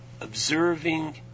observing